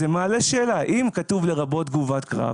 זה מעלה שאלה, אם כתוב לרבות תגובת קרב